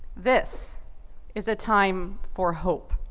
this is a time for hope.